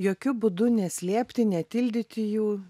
jokiu būdu neslėpti netildyti jų